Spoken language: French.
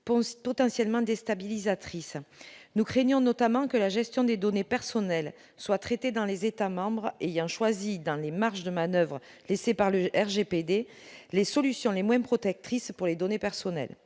potentiellement déstabilisatrices. Nous craignons notamment que la gestion des données personnelles ne soit traitée dans des États membres ayant choisi, dans les marges de manoeuvre laissées par le RGPD, les solutions les moins protectrices pour les données personnelles.